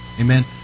Amen